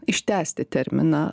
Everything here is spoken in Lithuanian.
ištęsti terminą